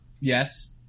Yes